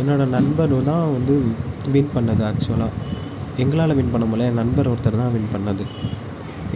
என்னோடய நண்பரும் தான் வந்து வின் பண்ணிணது ஆக்சுவலாக எங்களால் வின் பண்ண முடிலை என் நண்பர் ஒருத்தர் தான் வின் பண்ணிணது